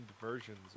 versions